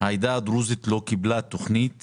העדה הדרוזית לא קיבלה תכנית